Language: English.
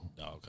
Okay